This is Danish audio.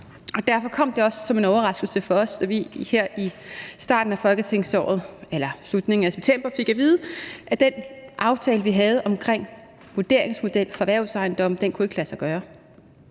derfor kom det også som en overraskelse for os, da vi her i starten af folketingsåret, i slutningen af september, fik at vide, at den aftale, vi havde omkring en vurderingsmodel for erhvervsejendomme, ikke kunne lade sig gøre.